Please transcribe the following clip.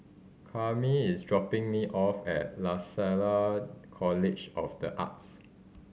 Karyme is dropping me off at Lasalle College of The Arts